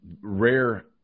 rare